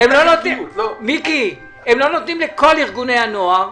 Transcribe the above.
הם לא נותנים לכל ארגוני הנוער.